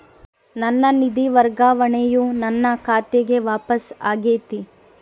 ನನ್ನ ನಿಧಿ ವರ್ಗಾವಣೆಯು ನನ್ನ ಖಾತೆಗೆ ವಾಪಸ್ ಆಗೈತಿ